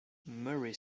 murray